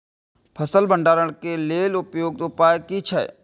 फसल भंडारण के लेल उपयुक्त उपाय कि छै?